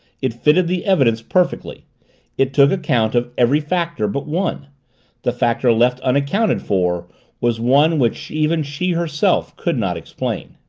it fitted the evidence perfectly it took account of every factor but one the factor left unaccounted for was one which even she herself could not explain.